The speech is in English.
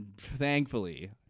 thankfully